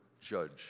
judge